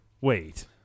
wait